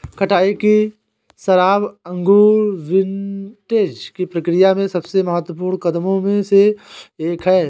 कटाई की शराब अंगूर विंटेज की प्रक्रिया में सबसे महत्वपूर्ण कदमों में से एक है